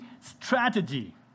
strategy